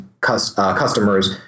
customers